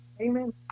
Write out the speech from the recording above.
Amen